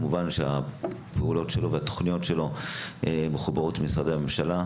כמובן שהתוכניות והפעילות שלו מחוברות למשרדי הממשלה.